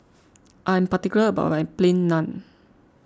I about Plain Naan